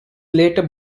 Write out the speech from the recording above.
later